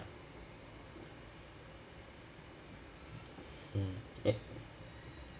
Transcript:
mm ya